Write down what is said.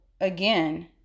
again